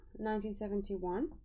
1971